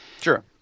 Sure